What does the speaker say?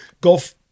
golf